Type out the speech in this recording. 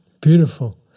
Beautiful